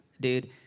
dude